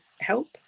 help